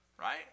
Right